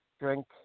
drink